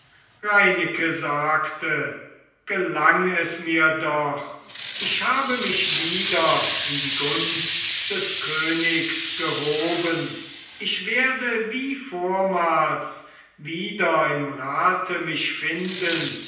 reineke sagte gelang es mir doch ich habe mich wieder in die gunst des königs gehoben ich werde wie vormals wieder im rate mich finden